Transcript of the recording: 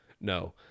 No